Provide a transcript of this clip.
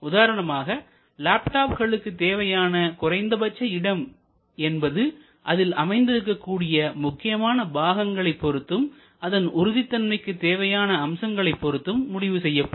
உதாரணமாக லேப்டாப்களுக்கு தேவையான குறைந்தபட்ச இடம் என்பது அதில் அமைந்திருக்கக் கூடிய முக்கியமான பாகங்களை பொருத்தும் அதன் உறுதித்தன்மைக்கு தேவையான அம்சங்களைப் பொருத்து முடிவு செய்யப்படும்